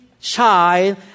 child